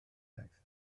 iaith